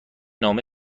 نامه